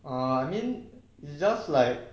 err I mean it's just like